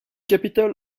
capital